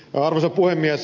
arvoisa puhemies